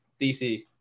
DC